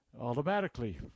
automatically